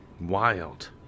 Wild